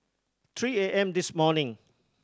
three A M this morning